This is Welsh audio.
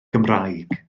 gymraeg